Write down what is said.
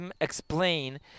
explain